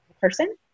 person